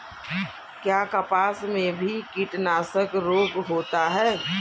क्या कपास में भी कीटनाशक रोग होता है?